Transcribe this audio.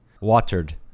Watered